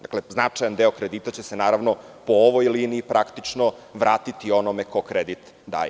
Dakle, značajan deo kredita će se po ovoj liniji praktično vratiti onome ko kredit daje.